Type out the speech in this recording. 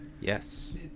Yes